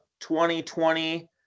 2020